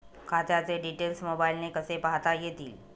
खात्याचे डिटेल्स मोबाईलने कसे पाहता येतील?